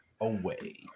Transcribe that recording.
away